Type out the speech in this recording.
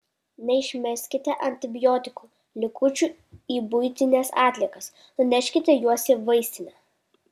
neišmeskite antibiotikų likučių į buitines atliekas nuneškite juos į vaistinę